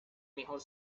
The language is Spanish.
mejor